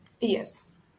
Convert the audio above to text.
yes